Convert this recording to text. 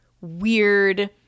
weird